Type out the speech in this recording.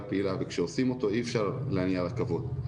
פעילה וכשעושים אותו אי אפשר להניע רכבות.